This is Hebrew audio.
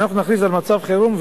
אנחנו נכריז על מצב חירום?